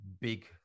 big